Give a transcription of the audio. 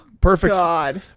perfect